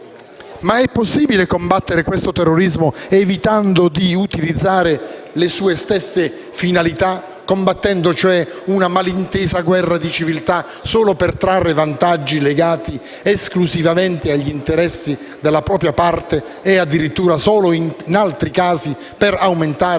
è possibile combattere questo terrorismo evitando di utilizzare le sue stesse finalità, combattendo, cioè, una malintesa guerra di civiltà, solo per trarre vantaggi legati esclusivamente agli interessi della propria parte e, addirittura, in altri casi, solo per aumentare il proprio